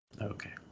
Okay